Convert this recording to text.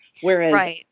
Whereas